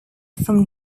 from